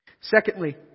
Secondly